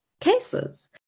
cases